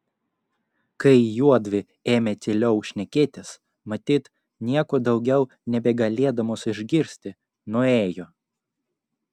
kai juodvi ėmė tyliau šnekėtis matyt nieko daugiau nebegalėdamos išgirsti nuėjo